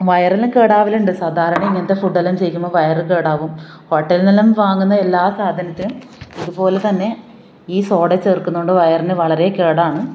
വയറെല്ലാം കേടാവലുണ്ട് സാധാരണ ഇങ്ങനത്തെ ഫുഡ് എല്ലാം ചെയ്യുമ്പോൾ വയർ കേടാവും ഹോട്ടലില് നിന്നെല്ലാം വാങ്ങുന്ന എല്ലാ സാധനത്തിനും അതുപോലെ തന്നെ ഈ സോഡ ചേര്ക്കുന്നതുകൊണ്ട് വയറിന് വളരെ കേടാണ്